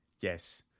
Yes